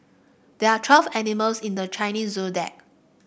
there are twelve animals in the Chinese Zodiac